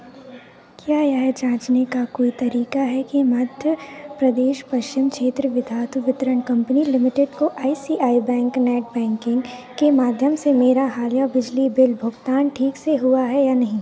क्या यह जाँचने का कोई तरीका है कि मध्य प्रदेश पश्चिम क्षेत्र विद्युत वितरण कंपनी लिमिटेड को I C I C I bank net banking के माध्यम से मेरा हालिया बिजली बिल भुगतान ठीक से हुआ है या नहीं